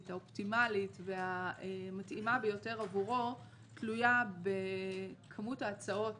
האופטימלית והמתאימה ביותר עבורו תלויה בכמות ההצעות